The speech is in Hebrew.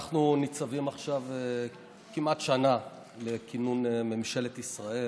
אנחנו ניצבים עכשיו כמעט שנה לכינון ממשלת ישראל,